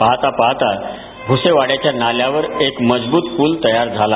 पाहतापाहता भसेवाड्याच्या नाल्यावर एक मजबूत पूल तयार झाला